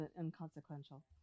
inconsequential